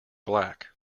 black